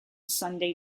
sunday